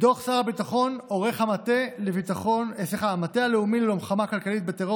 את דוח שר הביטחון עורך המטה הלאומי ללוחמה כלכלית בטרור